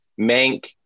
Mank